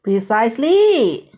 precisely